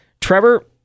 Trevor